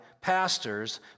pastors